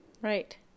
Right